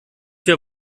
wir